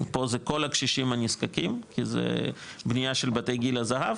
פה זה כל הקשישים הנזקקים כי זה בנייה של בתי גיל הזהב.